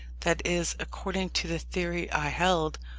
that is, according to the theory i held,